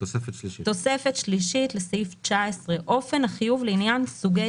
תוספת שלישית (סעיף 19) אופן החיוב לעניין סוגי